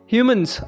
Humans